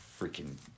freaking